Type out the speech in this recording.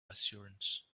assurance